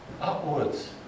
upwards